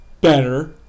better